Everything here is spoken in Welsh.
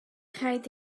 rhaid